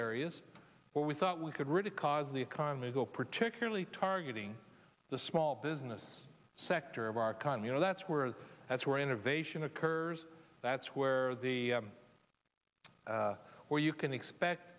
areas where we thought we could really cause the economy go particularly targeting the small business sector of our economy you know that's where that's where innovation occurs that's where the where you can expect